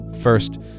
First